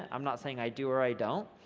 i'm not saying i do or i don't.